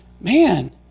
man